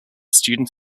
student